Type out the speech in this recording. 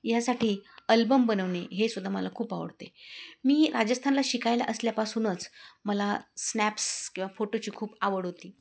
यासाठी अल्बम बनवणे हे सुद्धा मला खूप आवडते मी राजस्थानला शिकायला असल्यापासूनच मला स्नॅप्स किंवा फोटोची खूप आवड होती